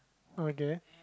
okay